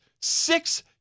Six